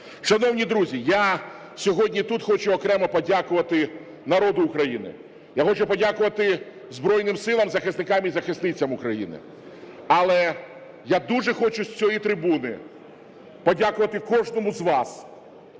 Шановні друзі, я сьогодні тут хочу окремо подякувати народу України. Я хочу подякувати Збройним Силам, захисникам і захисницям України. Але я дуже хочу з цієї трибуни подякувати кожному з вас,